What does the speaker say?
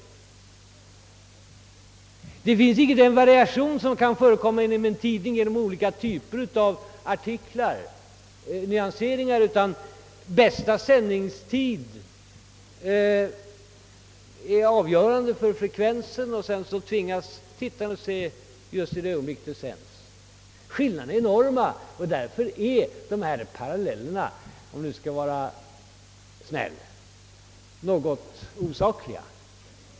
I TV förekommer ingenting av den variation som kan tillämpas i en tidning genom olika typer av artiklar, nyanseringar, utan den bästa sändningstiden är avgörande för frekvensen och tittarna tvingas se på programmet just när det sänds. Skillnaden mellan pressen och TV är som sagt enorm och därför är de gjorda jämförelserna, om jag nu skall vara snäll, något osakliga.